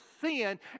sin